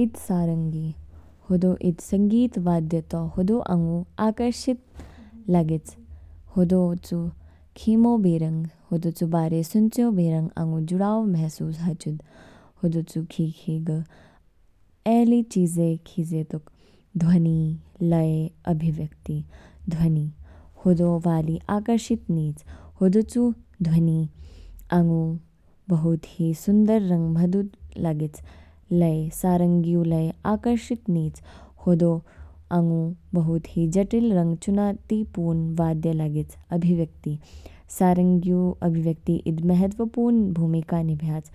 ईद सारंगी होदो ईद संगीत वाद्य तो, होदो आंगु आकर्षित लागेच। होदो चू खीमो बेरंग, होदो चू बारे सुन्चयो बेरंग आंगु जुडाव महसूस हाचिद। होदो चू खीखी ग ए ली चीज़े खीजे तुक ध्वनि, लय, अभिव्यक्ति। ध्वनि होदो वाली आकर्षित निच, होदो चू ध्वनि आंगु बहुत ही सुंदर रंग मधुर लागेच। लय सारंगी ऊ लय आकर्षित निच, होदो आंगु बहुत ही जटिल रंग चूनौतीपूर्ण वाद्य लागेच। अभिव्यक्ति सारंगी ऊ अभिव्यक्ति ईद महत्त्वपूर्ण भूमिका निभ्याच।